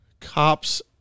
cops